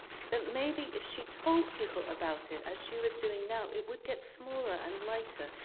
that maybe if she told people about it, as she was doing now, it would get smaller and lighter.